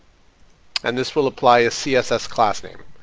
and this will apply a css class name.